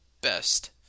best